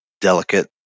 delicate